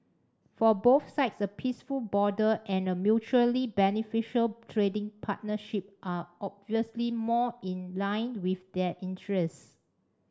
for both sides a peaceful border and a mutually beneficial trading partnership are obviously more in line with their interests